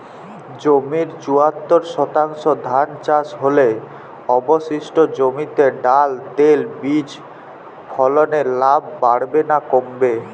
জমির চুয়াত্তর শতাংশে ধান চাষ হলে অবশিষ্ট জমিতে ডাল তৈল বীজ ফলনে লাভ বাড়বে না কমবে?